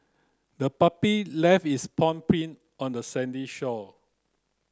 the puppy left its paw print on the sandy shore